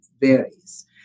varies